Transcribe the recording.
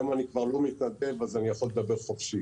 היום אני כבר לא מתנדב אז אני יכול לדבר חופשי.